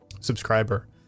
subscriber